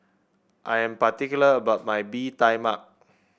I am particular about my Bee Tai Mak